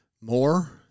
more